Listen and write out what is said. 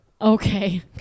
okay